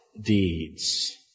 deeds